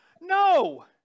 No